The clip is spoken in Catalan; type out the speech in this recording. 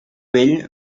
vell